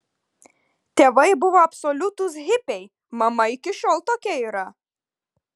tėvai buvo absoliutūs hipiai mama iki šiol tokia yra